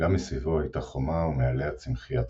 גם מסביבו היתה חומה ומעליה צמחיה צפופה.